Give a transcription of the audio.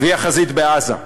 החזית בעזה.